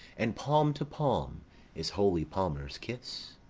and palm to palm is holy palmers' kiss.